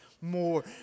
More